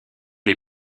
les